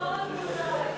תודה רבה.